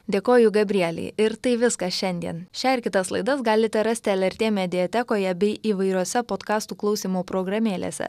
dėkoju gabrielei ir tai viskas šiandien šią ir kitas laidas galite rasti lrt mediatekoje bei įvairiose podkastų klausymo programėlėse